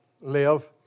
Live